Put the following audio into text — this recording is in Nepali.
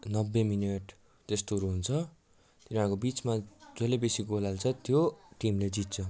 नब्बे मिनट त्यस्तोहरू हुन्छ तिनीहरूको बिचमा जसले बेसी गोल हाल्छ त्यो टिमले जित्छ